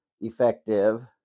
effective